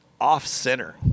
off-center